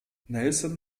nelson